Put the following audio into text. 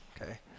okay